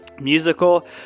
musical